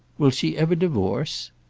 will she ever divorce?